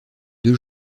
deux